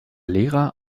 lehrer